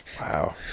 Wow